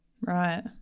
Right